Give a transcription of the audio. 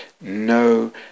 no